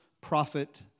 Prophet